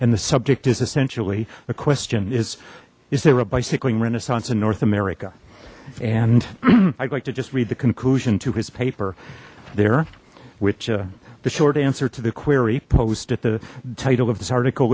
and the subject is essentially the question is is there a bicycling renaissance in north america and i'd like to just read the conclusion to his paper there which the short answer to the query post at the title of this article